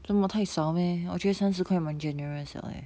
做么太少 meh 我觉得三十块蛮 generous liao eh